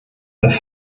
das